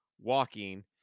walking